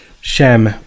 Shem